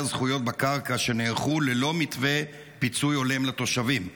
הזכויות בקרקע שנערכו ללא מתווה פיצוי הולם לתושבים?